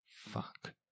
Fuck